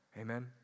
amen